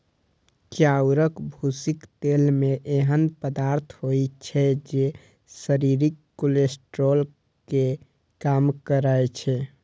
चाउरक भूसीक तेल मे एहन पदार्थ होइ छै, जे शरीरक कोलेस्ट्रॉल कें कम करै छै